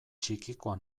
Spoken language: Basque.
txikikoa